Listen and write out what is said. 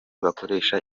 bakoresha